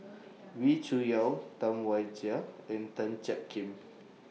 Wee Cho Yaw Tam Wai Jia and Tan Jiak Kim